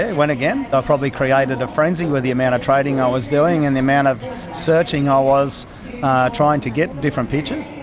and went again. i probably created a frenzy with the amount of trading i was doing and the amount of searching i was trying to get different pictures.